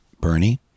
Bernie